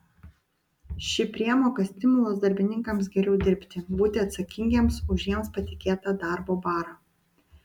ši priemoka stimulas darbininkams geriau dirbti būti atsakingiems už jiems patikėtą darbo barą